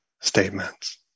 statements